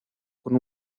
con